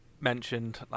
mentioned